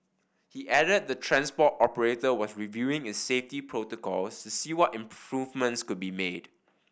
he added the transport operator was reviewing its safety protocols to see what improvements could be made